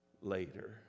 later